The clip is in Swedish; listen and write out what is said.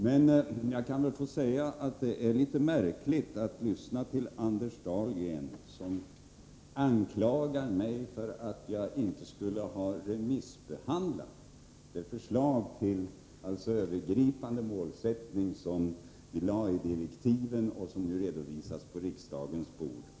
Men jag kan väl få säga att det är litet märkligt att lyssna till Anders Dahlgren, som anklagar mig för att jag inte skulle ha låtit remissbehandla det förslag till övergripande målsättningar som vi lade i direktiven och som nu redovisas på riksdagens bord.